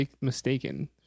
mistaken